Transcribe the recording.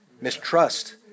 mistrust